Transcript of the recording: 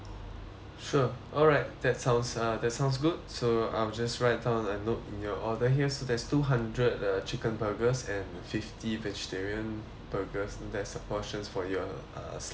sure alright that sounds uh that sounds good so I'll just write down a note in your order here so there's two hundred uh chicken burgers and fifty vegetarian burgers that's a portions for you uh sliders